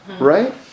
right